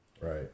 right